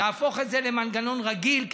להפוך את זה למנגנון רגיל,